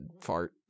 fart